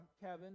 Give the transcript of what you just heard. Kevin